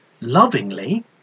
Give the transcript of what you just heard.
lovingly